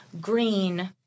green